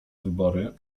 wybory